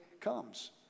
comes